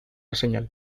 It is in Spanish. señal